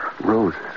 Roses